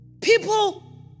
People